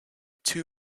two